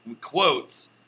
Quotes